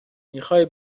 میخای